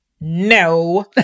no